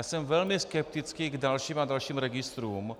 Jsem velmi skeptický k dalším a dalším registrům.